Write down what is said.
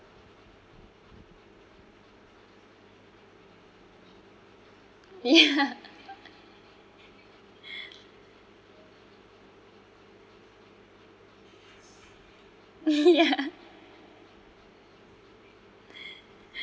yeah yeah